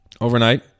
overnight